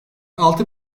altı